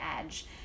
edge